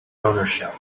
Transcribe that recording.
ownership